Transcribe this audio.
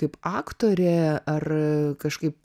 kaip aktorė ar kažkaip